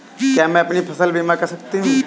क्या मैं अपनी फसल बीमा करा सकती हूँ?